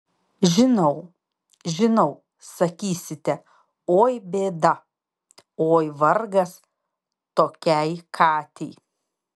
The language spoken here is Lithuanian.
žinau žinau sakysite oi bėda oi vargas tokiai katei